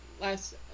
Last